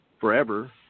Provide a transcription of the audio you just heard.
forever